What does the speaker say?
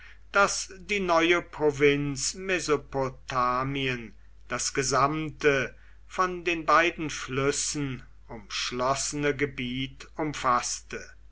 daß die neue provinz mesopotamien das gesamte von den beiden flüssen umschlossene gebiet umfaßte